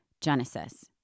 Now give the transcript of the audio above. Genesis